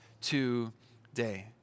today